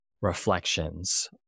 reflections